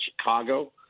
Chicago